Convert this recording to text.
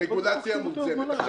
ברגולציה מוגזמת.